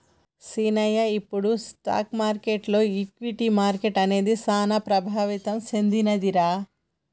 సీనయ్య ఇప్పుడు స్టాక్ మార్కెటులో ఈక్విటీ మార్కెట్లు అనేది సాన ప్రభావితం సెందినదిరా